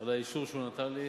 על האישור שהוא נתן לי,